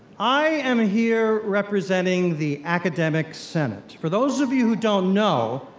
i am here representing the academic senate. for those of you who don't know,